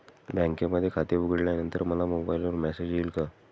बँकेमध्ये खाते उघडल्यानंतर मला मोबाईलवर मेसेज येईल का?